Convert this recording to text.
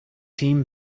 team